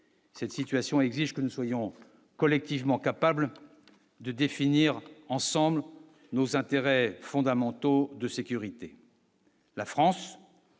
Cette situation exige que nous soyons collectivement capables de définir ensemble nos intérêts fondamentaux de sécurité. La France